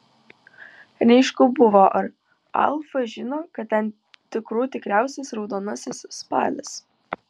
neaišku buvo ar alfa žino kad ten tikrų tikriausias raudonasis spalis